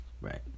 Right